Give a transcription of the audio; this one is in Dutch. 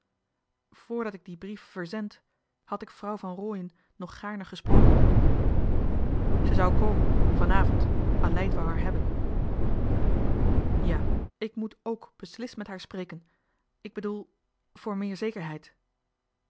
voordat ik dien brief verzend had ik vrouw van rooien nog gaarne gesproken ze zou komen vanavond aleid wou haar spreken ja ik moet k beslist met haar spreken ik bedoel voor meer zekerheid